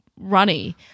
runny